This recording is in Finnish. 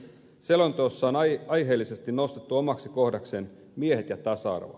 selonteossa on aiheellisesti nostettu omaksi kohdakseen miehet ja tasa arvo